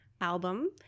album